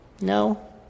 No